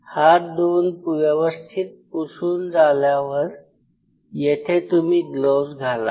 हात धुवून व्यवस्थित पुसून झाल्यावर येथे तुम्ही ग्लोवज घालावे